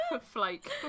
Flake